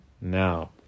now